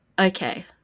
Okay